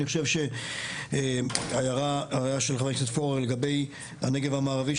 אני חושב שההערה של חבר הכנסת פורר לגבי הנגב המערבי,